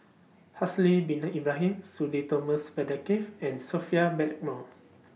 Haslir Bin Ibrahim Sudhir Thomas Vadaketh and Sophia Blackmore